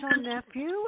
nephew